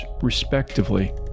respectively